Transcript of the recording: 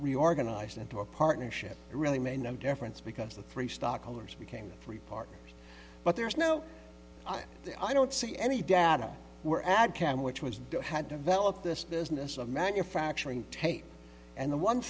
reorganized into a partnership really made no difference because the three stockholders became free partners but there's no i don't see any data were ad can which was had developed this business of manufacturing tape and the one